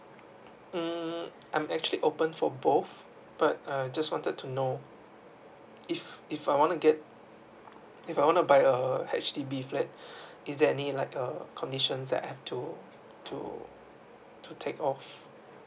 mm I'm actually open for both but I just wanted to know if if I wanna get if I wanna buy err H_D_B flat is there any like uh conditions that I have to to to take of